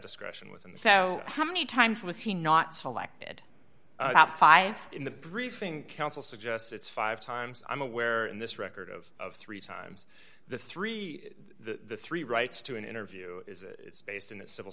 discretion within the so how many times was he not selected at five in the briefing counsel suggests it's five times i'm aware in this record of of three times the three the three rights to an interview is based on the civil